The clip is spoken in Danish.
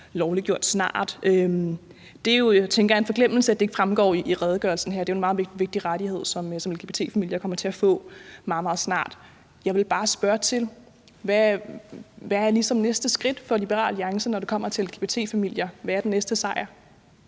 lovliggjort snart. Det er, tænker jeg, en forglemmelse, at det ikke fremgår i redegørelsen her, for det er jo en meget vigtig rettighed, som lgbt-familier kommer til at få meget, meget snart. Jeg vil bare spørge: Hvad er næste skridt for Liberal Alliance, når det kommer til lgbt-familier? Hvad er den næste sejr?